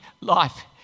life